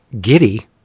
giddy